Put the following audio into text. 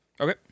Okay